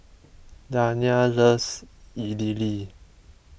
Dania loves Idili